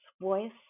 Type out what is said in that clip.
voice